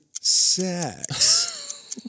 sex